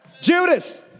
Judas